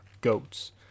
goats